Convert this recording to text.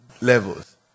levels